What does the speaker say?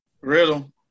Riddle